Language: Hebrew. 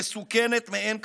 ומסוכנת מאין כמותה,